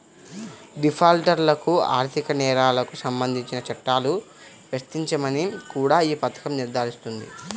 డిఫాల్టర్లకు ఆర్థిక నేరాలకు సంబంధించిన చట్టాలు వర్తించవని కూడా ఈ పథకం నిర్ధారిస్తుంది